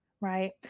Right